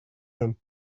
him